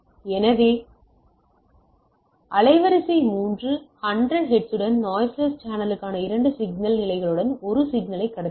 எனவே அலைவரிசை மூன்று 100 ஹெர்ட்ஸுடன் நாய்ஸ்லெஸ் சேனலுக்கான 2 சிக்னல் நிலைகளுடன் ஒரு சிக்னலை கடத்துகிறது